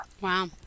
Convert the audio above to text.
Wow